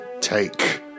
take